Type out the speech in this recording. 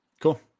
Cool